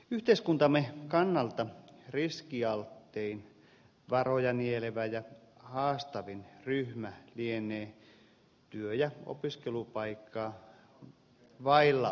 yhteiskuntamme kannalta riskialttein varoja nielevä ja haastavin ryhmä lienee työ ja opiskelupaikkaa vailla olevien väestöryhmä